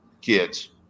kids